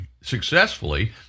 successfully